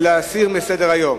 זה להסיר מסדר-היום.